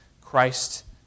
Christ